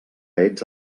ets